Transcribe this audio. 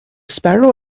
sparrow